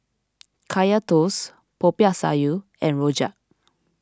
Kaya Toast Popiah Sayur and Rojak